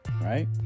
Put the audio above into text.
right